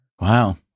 Wow